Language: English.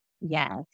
Yes